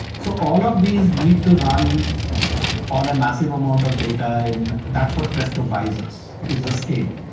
so all of these need to run on a massive amount of data, and that's what presto buys us, is the scale.